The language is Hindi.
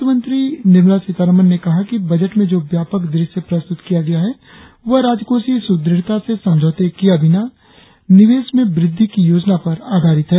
वित्तमंत्री सीतारामन ने कहा कि बजट में जो व्यापक दृश्य प्रस्तुत किया गया है वह राजकोषीय सुदृढ़ता से समझौता किये बिना निवेश में वृद्धि की योजना पर आधारित है